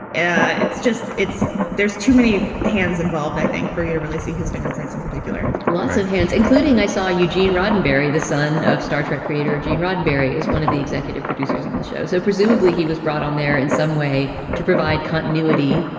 and it's just it's there's too many hands involved, i think, for you to really see his fingerprints in particular lots of hands, including i saw you, gene roddenberry, the son of star trek creator gene roddenberry is one of the executive producers on the show. so presumably he was brought on there in some way to provide continuity.